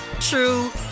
true